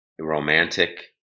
romantic